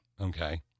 Okay